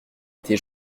été